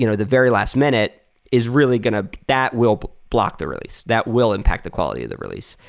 you know the very last minute is really going to that will block the release. that will impact the quality of the release.